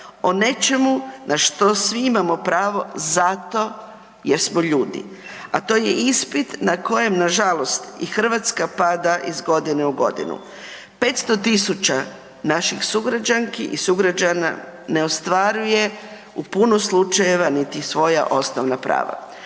o nečemu na što svi imamo pravo zato jer smo ljudi a to je ispit na kojem nažalost i Hrvatska pada iz godine u godinu. 500 000 napih sugrađanski i sugrađana ne ostvaruje u puno slučajeva niti svoja osnovna prava.